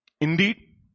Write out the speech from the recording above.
Indeed